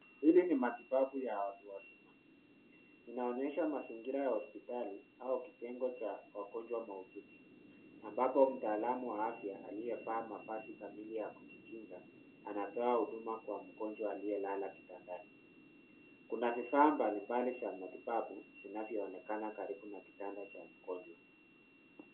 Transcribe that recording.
Hili ni matibabu ya watu wazima. inaonyesha mazingira ya hospitali au kitengo cha wangonjwa mahututi. Ambapo mtaalamu wa afya aliye vaa mavazi kamili ya kujikinga anatoa huduma kwa mgonjwa alie lala kitandi. Kuna vifaa mbali mbali vya matibabu vinavyoonekana karibu na kitanda cha mgonjwa.